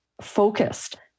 focused